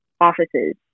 offices